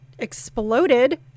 exploded